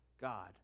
God